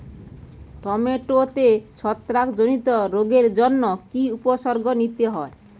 টমেটোতে ছত্রাক জনিত রোগের জন্য কি উপসর্গ নিতে হয়?